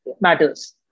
matters